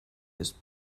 ist